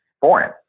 foreign